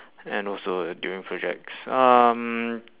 and also during projects um